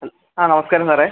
ആ നമസ്കാരം സാറെ